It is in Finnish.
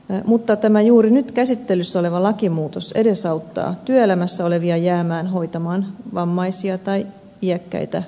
mutta tämä juuri nyt käsittelyssä oleva lakimuutos edesauttaa työelämässä olevia jäämään hoitamaan vammaisia tai iäkkäitä läheisiään